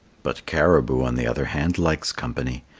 but caribou, on the other hand, likes company,